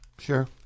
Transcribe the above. Sure